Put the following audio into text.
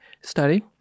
study